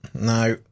Now